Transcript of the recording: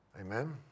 Amen